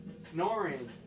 snoring